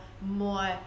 more